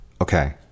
Okay